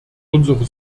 unsere